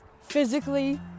physically